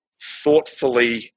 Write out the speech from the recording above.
thoughtfully